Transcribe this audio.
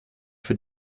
für